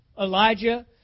Elijah